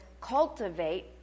cultivate